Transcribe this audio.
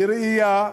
לראיה,